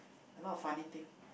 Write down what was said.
a lot of funny thing